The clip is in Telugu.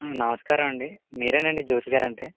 నమస్కారం అండి మిరేనండి జ్యోతిగారు అంటే